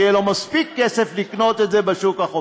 יהיה לו מספיק כסף לקנות את זה בשוק החופשי.